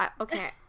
Okay